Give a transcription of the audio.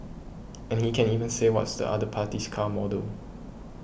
and he can even say what's the other party's car model